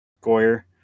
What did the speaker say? Goyer